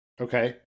Okay